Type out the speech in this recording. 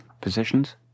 positions